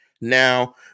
Now